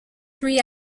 three